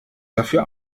dafür